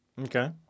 Okay